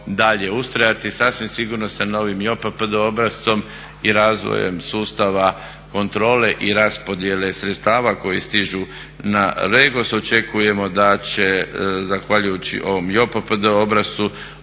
dalje ustrajati sasvim sigurno sa novim i JPPD obrascom i razvojem sustava kontrole i raspodjele sredstava koji stižu na Regos. Očekujemo da će zahvaljujući i ovoj JPPD obrascu